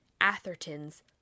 Atherton's